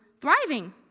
thriving